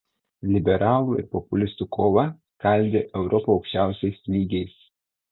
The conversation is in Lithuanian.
liberalų ir populistų kova skaldė europą aukščiausiais lygiais